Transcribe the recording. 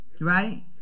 Right